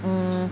mm